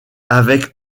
avec